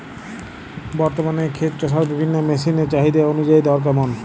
বর্তমানে ক্ষেত চষার বিভিন্ন মেশিন এর চাহিদা অনুযায়ী দর কেমন?